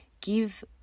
Give